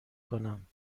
کنم